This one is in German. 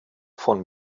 von